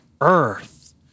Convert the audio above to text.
Earth